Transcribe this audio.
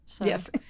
Yes